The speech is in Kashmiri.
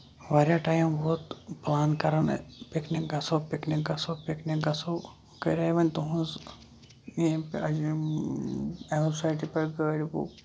واریاہ ٹایم ووت پٕلان کَران پِکنِک گژھو پِکنِک گژھو پِکنِک گژھو مےٚ کَرے وَن تُہٕنز یِم ویب سایٹہِ پٮ۪ٹھ گٲڑۍ بُک